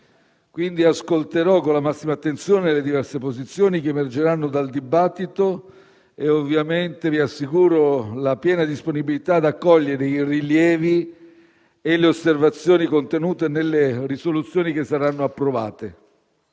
quindi, con la massima attenzione le diverse posizioni che emergeranno dal dibattito e ovviamente vi assicuro la piena disponibilità ad accogliere i rilievi e le osservazioni contenute nelle risoluzioni che saranno approvate.